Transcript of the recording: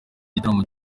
gitaramo